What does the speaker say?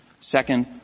Second